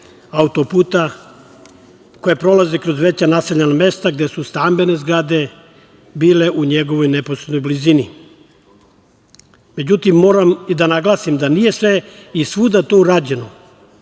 autoputa koji prolazi kroz veća naseljena mesta gde su stambene zgrade bile u njegovoj neposrednoj blizini.Međutim, moram da naglasim da nije svuda to urađeno.